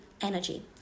energy